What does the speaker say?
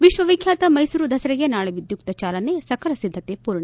ವಿಶ್ವವಿಖ್ಣಾತ ಮೈಸೂರು ದಸರೆಗೆ ನಾಳೆ ವಿದ್ದುಕ್ತ ಚಾಲನೆ ಸಕಲ ಸಿದ್ದತೆ ಪೂರ್ಣ